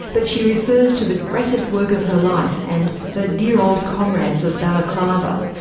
but she refers to the greatest work of her life and her dear old comrades of balaclava,